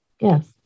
Yes